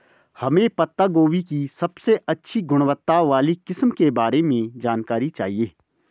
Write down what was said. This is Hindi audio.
हमें पत्ता गोभी की सबसे अच्छी गुणवत्ता वाली किस्म के बारे में जानकारी चाहिए?